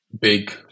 big